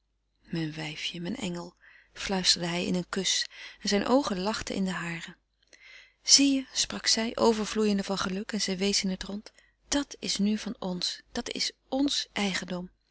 mijn wijfje mijn engel fluisterde hij in een kus en zijn oogen lachten in de hare zie je sprak zij overvloeiende van geluk en zij wees in het rond dat is nu van ons dat is ons eigendom